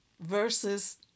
versus